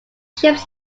ships